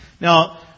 Now